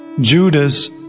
Judas